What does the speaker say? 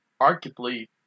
arguably